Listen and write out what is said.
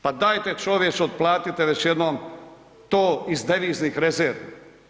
Pa dajte čovječe, otplatite već jednom to iz deviznih rezervi.